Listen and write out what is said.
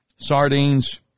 Sardines